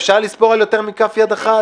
אפשר לספור על יותר מכף יד אחת?